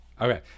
Okay